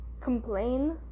complain